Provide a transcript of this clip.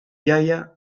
jaia